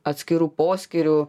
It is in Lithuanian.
atskirų poskyrių